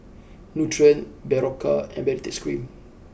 Nutren Berocca and Baritex Cream